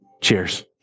Cheers